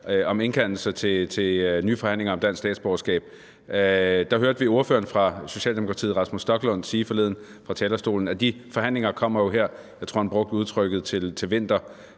om indkaldelser til nye forhandlinger om dansk statsborgerskab. Der hørte vi ordføreren for Socialdemokratiet, Rasmus Stoklund, forleden sige fra talerstolen, at de forhandlinger jo kommer her, jeg tror, han brugte udtrykket til vinter.